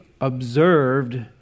observed